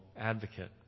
advocate